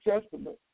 Testament